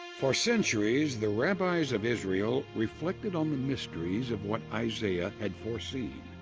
for centuries the rabbis of israel. reflected on the mysteries of what isaiah had foreseen.